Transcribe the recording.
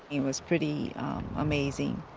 it was pretty amazing,